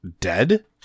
dead